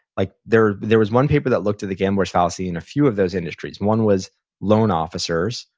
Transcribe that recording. like there there was one paper that looked at the gambler's fallacy in a few of those industries, one was loan officers,